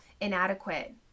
inadequate